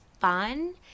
fun